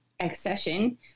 accession